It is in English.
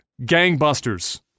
Gangbusters